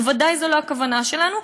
ודאי זו לא הכוונה שלנו,